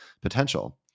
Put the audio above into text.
potential